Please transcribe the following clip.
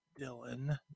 Dylan